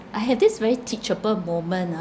I have this very teachable moment ah